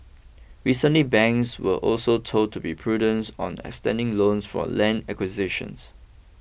recently banks were also told to be prudence on extending loans for land acquisitions